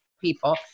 people